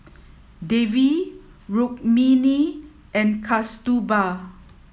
Devi Rukmini and Kasturba